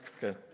Good